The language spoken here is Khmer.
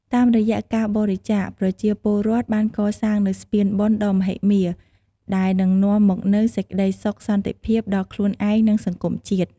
តាមរយៈការបរិច្ចាគ ប្រជាពលរដ្ឋបានកសាងនូវស្ពានបុណ្យដ៏មហិមា ដែលនឹងនាំមកនូវសេចក្តីសុខសន្តិភាពដល់ខ្លួនឯង និងសង្គមជាតិ។